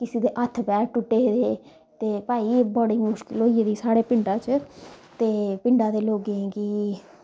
किसी दे हत्थ पैर टुट्टे दे ते भाई बड़ी मुश्कल होई गेदी साढ़े पिंडाप